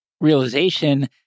realization